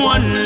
One